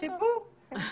שיפור.